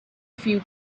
few